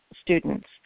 students